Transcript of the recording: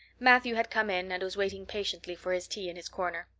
matthew had come in and was waiting patiently for his tea in his corner.